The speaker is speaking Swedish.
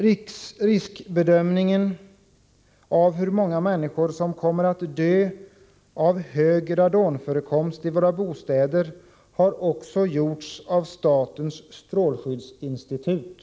Riskbedömningar när det gäller hur många människor som kommer att dö på grund av hög radonförekomst i våra bostäder har också gjorts av statens strålskyddsinstitut.